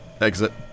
exit